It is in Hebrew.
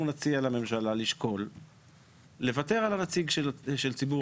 אנחנו נציע לממשלה לשקול לוותר על הנציג של ציבור האדריכלים.